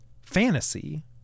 fantasy